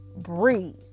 breathe